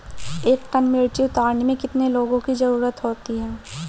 एक टन मिर्ची उतारने में कितने लोगों की ज़रुरत होती है?